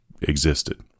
existed